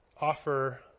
offer